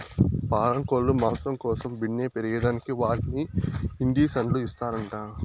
పారం కోల్లు మాంసం కోసం బిన్నే పెరగేదానికి వాటికి ఇండీసన్లు ఇస్తారంట